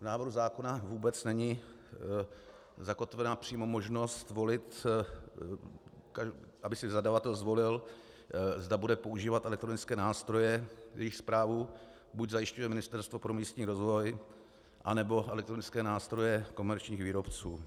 V návrhu zákona vůbec není zakotvena přímo možnost, aby si zadavatel zvolil, zda bude používat elektronické nástroje, jejichž správu buď zajišťuje Ministerstvo pro místní rozvoj, anebo elektronické nástroje komerčních výrobců.